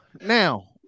now